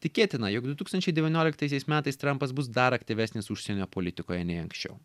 tikėtina jog du tūkstančiai devynioliktaisiais metais trampas bus dar aktyvesnis užsienio politikoje nei anksčiau